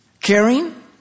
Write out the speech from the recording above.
caring